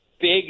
Big